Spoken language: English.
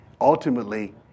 Ultimately